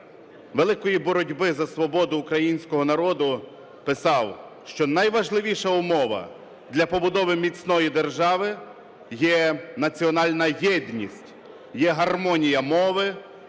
великої боротьби за свободу українського народу писав, що найважливіша умова для побудови міцної держави є національна єдність, є гармонія мови,